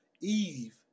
Eve